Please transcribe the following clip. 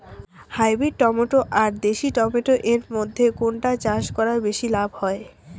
Hybrid tomato আর দেশি tomato এর মইধ্যে কোনটা চাষ করা বেশি লাভ হয়?